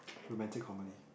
romantic comedy